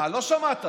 לא שמעתי.